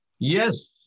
Yes